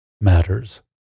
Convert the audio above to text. matters